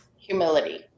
Humility